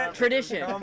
tradition